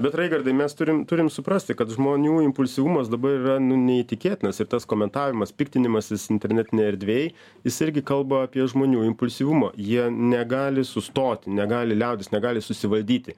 bet raigardai mes turim turim suprasti kad žmonių impulsyvumas dabar yra nu neįtikėtinas ir tas komentavimas piktinimasis internetinėj erdvėj jis irgi kalba apie žmonių impulsyvumą jie negali sustoti negali liaudis negali susivaldyti